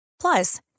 Plus